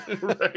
right